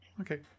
Okay